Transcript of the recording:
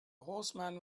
horseman